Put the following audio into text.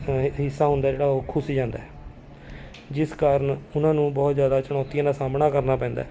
ਹਿੱਸਾ ਹੁੰਦਾ ਜਿਹੜਾ ਉਹ ਖੁਸ ਜਾਂਦਾ ਹੈ ਜਿਸ ਕਾਰਨ ਉਹਨਾਂ ਨੂੰ ਬਹੁਤ ਜ਼ਿਆਦਾ ਚੁਣੌਤੀਆਂ ਦਾ ਸਾਹਮਣਾ ਕਰਨਾ ਪੈਂਦਾ